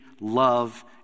Love